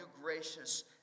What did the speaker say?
gracious